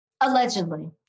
Allegedly